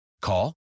Call